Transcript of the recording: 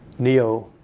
neo